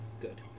Good